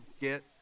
get